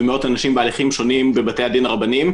ומאות אנשים בהליכים שונים בבתי הדין הרבניים.